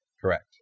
Correct